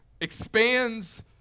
expands